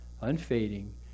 unfading